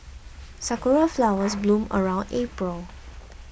sakura flowers bloom around April